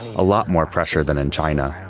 a lot more pressure than in china.